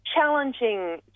challenging